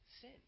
sin